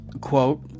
quote